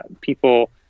people